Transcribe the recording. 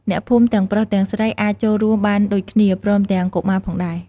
អ្នកភូមិទាំងប្រុសទាំងស្រីអាចចូលរួមបានដូចគ្នា ព្រមទាំងកុមារផងដែរ។